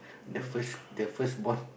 the first the first born